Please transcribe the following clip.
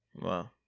Wow